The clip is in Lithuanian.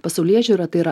pasaulėžiūra tai yra